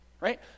Right